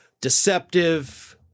deceptive